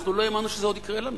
אנחנו לא האמנו שזה עוד יקרה לנו.